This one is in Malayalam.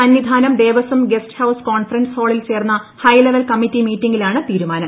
Sannidhanam Devaswom guest house conference ഹാളിൽ ചേർന്ന ഹൈ ലെവൽ കമ്മിറ്റി മീറ്റിംഗിലാണ് തീരുമാനം